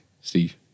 Steve